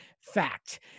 Fact